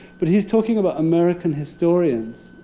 but he's talking about american historians,